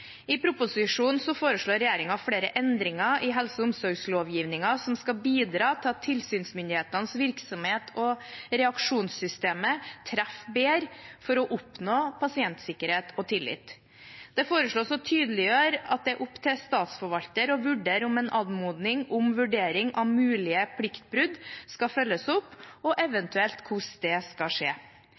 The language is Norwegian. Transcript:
I proposisjonen foreslår regjeringen flere endringer i helse- og omsorgslovgivningen som skal bidra til at tilsynsmyndighetenes virksomhet og reaksjonssystemet treffer bedre, for å oppnå pasientsikkerhet og tillit. Det foreslås å tydeliggjøre at det er opp til statsforvalter å vurdere om en anmodning om vurdering av mulige pliktbrudd skal følges opp, og eventuelt hvordan det skal skje.